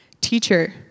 Teacher